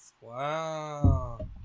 Wow